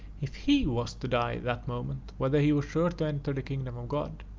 if he was to die that moment, whether he was sure to enter the kingdom of god?